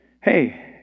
Hey